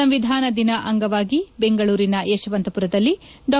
ಸಂವಿಧಾನ ದಿನ ಅಂಗವಾಗಿ ಬೆಂಗಳೂರಿನ ಯಶವಂತಪುರದಲ್ಲಿ ಡಾ